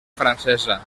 francesa